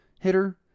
hitter